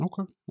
Okay